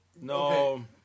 No